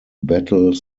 battle